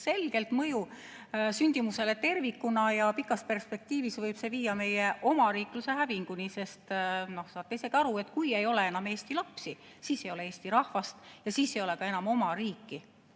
selgelt mõju sündimusele tervikuna. Pikas perspektiivis võib see viia meie omariikluse hävinguni, sest saate isegi aru, kui ei ole enam Eesti lapsi, siis ei ole Eesti rahvast ja siis ei ole ka enam oma riiki.